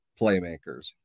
playmakers